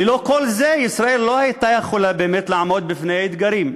ללא כל זה ישראל לא הייתה יכולה באמת לעמוד בפני האתגרים.